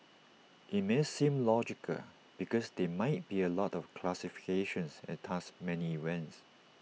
IT may seem logical because there might be A lot of classifications and thus many events